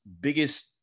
biggest